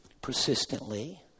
persistently